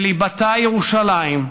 שליבתה ירושלים,